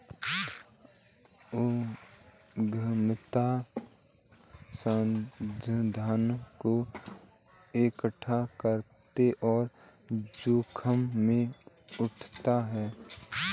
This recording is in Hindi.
उद्यमिता संसाधनों को एकठ्ठा करता और जोखिम भी उठाता है